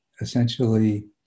essentially